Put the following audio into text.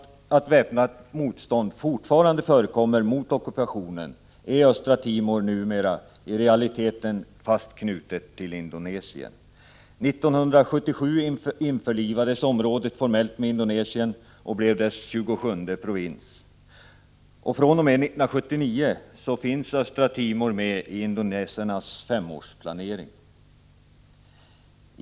Trots att väpnat motstånd fortfarande förekommer mot ockupationen är införlivades området förmellt med Indonesien och blev dess 27:e provins. fr.o.m. 1979 finns Östra Timor med i Indonesiens femårsplanering.